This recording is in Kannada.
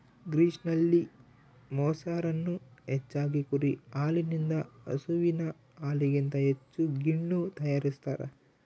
ಗ್ರೀಸ್ನಲ್ಲಿ, ಮೊಸರನ್ನು ಹೆಚ್ಚಾಗಿ ಕುರಿ ಹಾಲಿನಿಂದ ಹಸುವಿನ ಹಾಲಿಗಿಂತ ಹೆಚ್ಚು ಗಿಣ್ಣು ತಯಾರಿಸ್ತಾರ